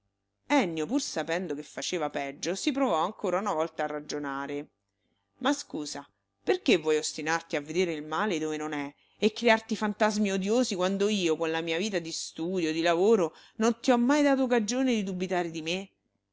ennio pur sapendo che faceva peggio si provò ancora una volta a ragionare ma scusa perché vuoi ostinarti a vedere il male dove non è a crearti fantasmi odiosi quando io con la mia vita di studio di lavoro non ti ho mai dato cagione di dubitare di me